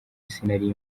sinari